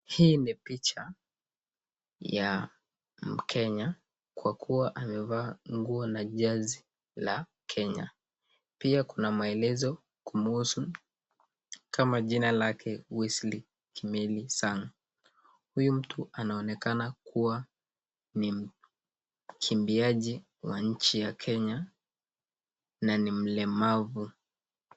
Hii ni picha ya mkenya kwa kuwa amevaa nguo la jazi la Kenya. Pia kuna maelezo kumuhusu kama jina lake Wesley Kimeli Sang. Huyu mtu anaonekana kuwa ni mkimbiaji wa nchi ya Kenya na ni mlemavu.